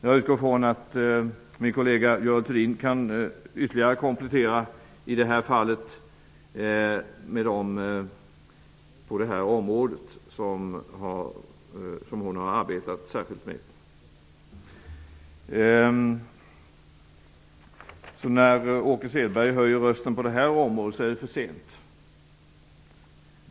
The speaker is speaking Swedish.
Jag utgår ifrån att min kollega Görel Thurdin, som har arbetat särskilt med det här området, kan ge ytterligare komplettering i det fallet. Så när Åke Selberg höjer rösten på det området, är det för sent.